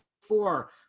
four